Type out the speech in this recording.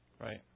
Right